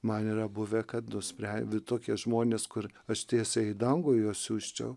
man yra buvę kad nusprendę tokie žmonės kur aš tiesiai į dangų juos siųsčiau